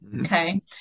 okay